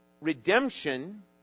Redemption